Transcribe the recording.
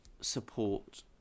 support